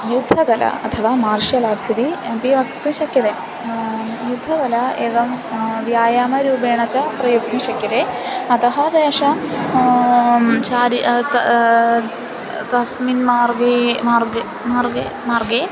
युद्धकला अथवा martial arts इति अपि वक्तुं शक्यते युद्धकला एवं व्यायामरूपेण च प्रयोक्तुं शक्यते अतः तेषां चारि तस्मिन् मार्गे मार्गे मार्गे मार्गे